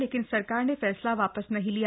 लेकिन सरकार ने फैसला वापस नहीं लिया